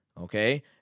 okay